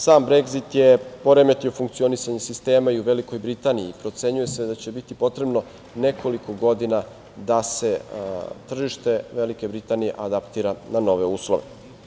Sam Bregzit je poremetio funkcionisanje sistema i u Velikoj Britaniji i procenjuje se da će biti potrebno nekoliko godina da se tržište Velike Britanije adaptira na nove uslove.